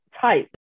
type